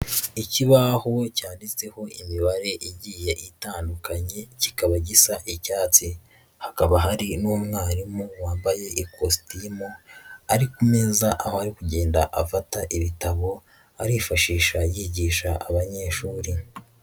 Ikibaho cyanditseho imibare igiye itandukanye kikaba gisa icyatsi, hakaba hari n'umwarimu wambaye ikositimu ari ku meza, aho ari kugenda afata ibitabo arifashisha yigisha abanyeshuri.